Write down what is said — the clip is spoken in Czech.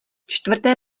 čtvrté